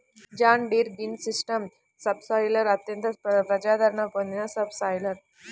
John Deere green system subsoiler అత్యంత ప్రజాదరణ పొందిన సబ్ సాయిలర్